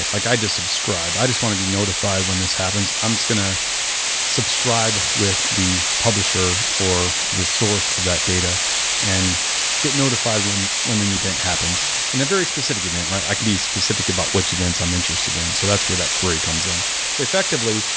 like i just subscribe. i just want to be notified when this happens. i'm just going to subscribe with the publisher or the source of that data and get notified when an and event happens. and a very specific event i could be specific about which events i'm interested in, so that's where that query comes in effectively,